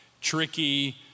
tricky